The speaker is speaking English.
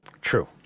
True